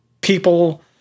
people